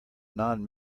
non